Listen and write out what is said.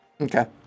Okay